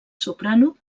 soprano